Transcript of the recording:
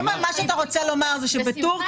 אם מה שאתה רוצה לומר זה שבטורקיה